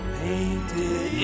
painted